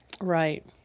Right